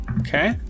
Okay